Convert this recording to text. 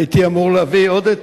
הייתי אמור להביא עוד,